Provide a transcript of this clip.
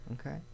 okay